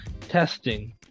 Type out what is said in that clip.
Testing